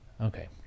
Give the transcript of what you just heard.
Okay